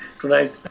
tonight